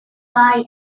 bai